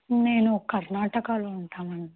నేను కర్ణాటకాలో ఉంటాం అండి